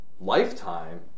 lifetime